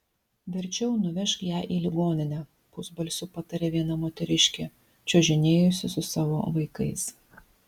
verčiau nuvežk ją į ligoninę pusbalsiu patarė viena moteriškė čiuožinėjusi su savo vaikais